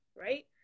right